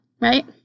right